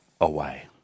away